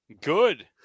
Good